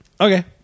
Okay